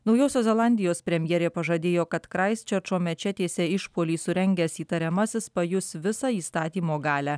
naujosios zelandijos premjerė pažadėjo kad kraistčerčo mečetėse išpuolį surengęs įtariamasis pajus visą įstatymo galią